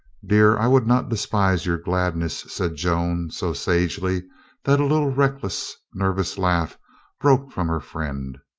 dear, i would not despise your gladness, said joan so sagely that a little reckless, nervous laugh broke from her friend.